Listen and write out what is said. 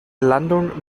landung